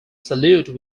salute